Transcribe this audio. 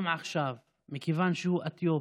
גם עכשיו, מכיוון שהוא אתיופי,